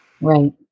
Right